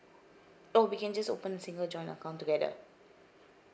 oh we can just open a single joint account together